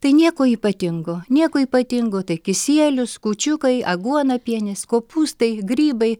tai nieko ypatingo nieko ypatingo tai kisielius kūčiukai aguonapienis kopūstai grybai